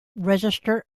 register